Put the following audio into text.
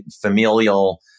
familial